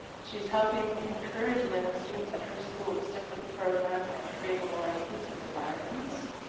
she's helping encourage women students at her school to stick with the program and creating more inclusive environments.